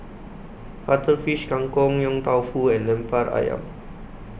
Cuttlefish Kang Kong Yong Tau Foo and Lemper Ayam